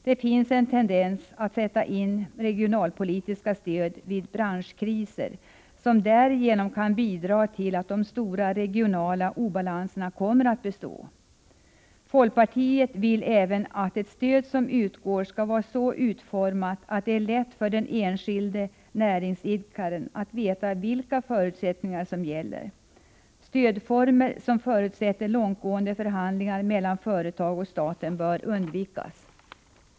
Det finns en tendens att sätta in regionalpolitiskt stöd vid branschkriser, som därigenom kan bidra till att de stora regionala obalanserna kommer att bestå. Folkpartiet vill även att ett stöd som utgår skall vara så utformat att det är lätt för den enskilde näringsidkaren att veta vilka förutsättningar som gäller. Stödformer som förutsätter långtgående förhandlingar mellan företag och staten bör undvikas.